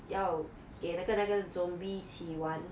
要给那个那个 zombie 一起玩